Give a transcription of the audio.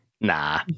Nah